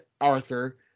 Arthur